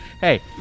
Hey